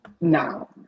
No